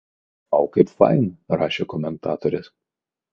vau kaip faina rašė komentatorės